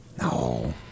No